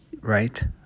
right